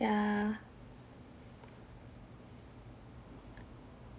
ya